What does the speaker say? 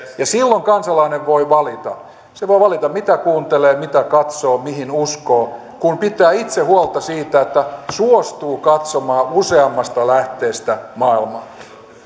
ja silloin kansalainen voi valita hän voi valita mitä kuuntelee mitä katsoo mihin uskoo kun pitää itse huolta siitä että suostuu katsomaan useammasta lähteestä maailmaa